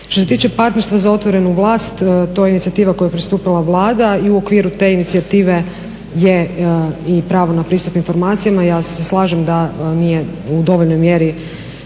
Što se tiče partnerstva za otvorenu vlast to je inicijativa kojoj je pristupila Vlada i u okviru te inicijative je i pravo na pristup informacijama. Ja se slažem da nije u dovoljnoj mjeri